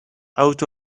out